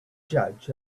judge